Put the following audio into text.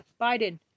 Biden